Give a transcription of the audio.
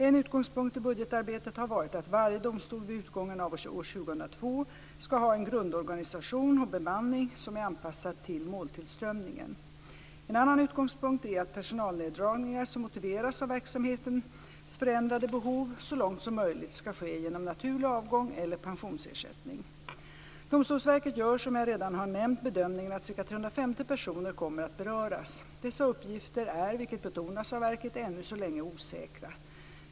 En utgångspunkt i budgetarbetet har varit att varje domstol vid utgången av år 2002 ska ha en grundorganisation och bemanning som är anpassad till måltillströmningen. En annan utgångspunkt är att personalneddragningar som motiveras av verksamhetens förändrade behov så långt som möjligt ska ske genom naturlig avgång eller pensionsersättning. Domstolsverket gör, som jag redan har nämnt, bedömningen att ca 350 personer kommer att beröras. Dessa uppgifter är, vilket betonas av verket, ännu så länge osäkra.